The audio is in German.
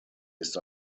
ist